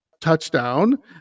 Touchdown